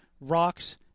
rocks